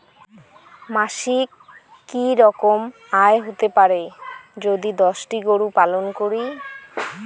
মাসিক কি রকম আয় হতে পারে যদি দশটি গরু পালন করি?